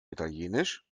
italienisch